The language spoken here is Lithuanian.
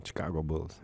chicago bulls